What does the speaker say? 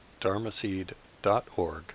dharmaseed.org